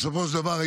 בסופו של דבר,